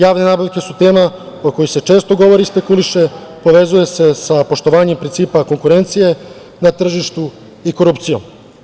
Javne nabavke su tema o kojoj se često govori i špekuliše, povezuje se sa poštovanjem principa konkurencije, na tržištu i korupcijom.